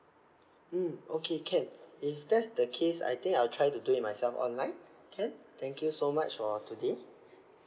mm okay can if that's the case I think I'll try to do it myself online can thank you so much for today